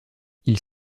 ils